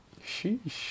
sheesh